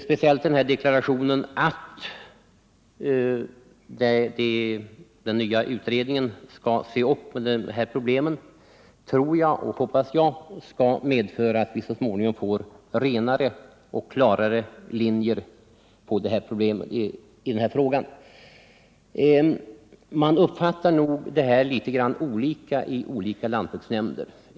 Speciellt deklarationen att den nya utredningen skall se upp med de aktualiserade problemen hoppas jag skall medföra att vi så småningom får renare och klarare linjer. Man uppfattar nog saken litet olika i olika lantbruksnämnder.